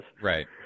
Right